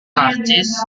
karcis